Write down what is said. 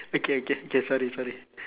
okay okay okay sorry sorry